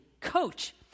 coach